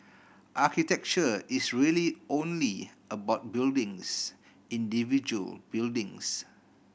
architecture is really only about buildings individual buildings